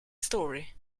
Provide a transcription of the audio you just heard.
story